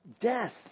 death